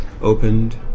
opened